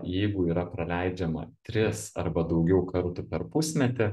jeigu yra praleidžiama tris arba daugiau kartų per pusmetį